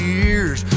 years